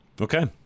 Okay